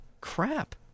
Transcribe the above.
crap